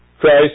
Christ